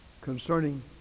concerning